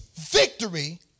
victory